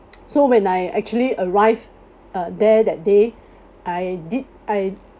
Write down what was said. so when I actually arrived uh there that day I did I